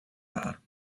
are